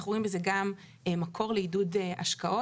אנחנו רואים בזה גם מקור לעידוד השקעות.